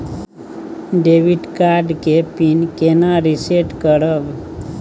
Debit card के PIN केना reset करब?